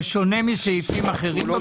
זה שונה מסעיפים אחרים במשרד?